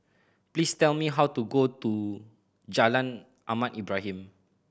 please tell me how to go to Jalan Ahmad Ibrahim